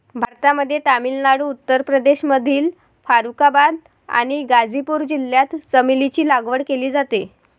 भारतामध्ये तामिळनाडू, उत्तर प्रदेशमधील फारुखाबाद आणि गाझीपूर जिल्ह्यात चमेलीची लागवड केली जाते